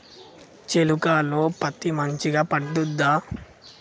చేలుక లో పత్తి మంచిగా పండుద్దా?